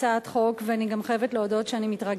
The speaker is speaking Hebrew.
הצעת החוק הבאה על סדר-היום: